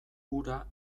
hura